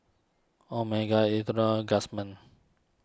Omega Indomie Guardsman